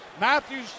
Matthews